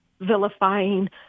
vilifying